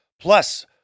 Plus